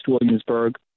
Williamsburg